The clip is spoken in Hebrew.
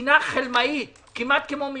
מדינה חלמאית, כמעט כמו מירון.